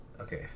Okay